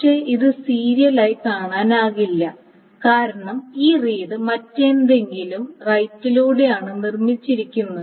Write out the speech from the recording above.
പക്ഷേ ഇത് സീരിയലായി കാണാനാകില്ല കാരണം ഈ റീഡ് മറ്റെന്തെങ്കിലും റൈറ്റിലൂടെയാണ് നിർമ്മിച്ചിരിക്കുന്നത്